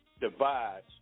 divides